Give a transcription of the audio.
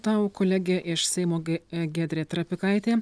tau kolege iš seimo g giedrė trapikaitė